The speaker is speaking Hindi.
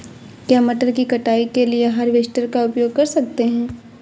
क्या मटर की कटाई के लिए हार्वेस्टर का उपयोग कर सकते हैं?